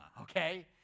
okay